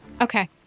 Okay